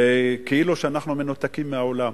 כאילו שאנחנו מנותקים מהעולם.